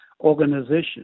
organization